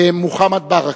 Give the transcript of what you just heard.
מוחמד ברכה.